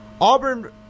Auburn